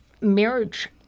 marriage